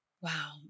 Wow